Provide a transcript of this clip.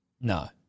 No